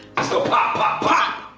so pop, pop, pop!